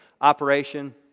operation